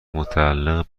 متعلق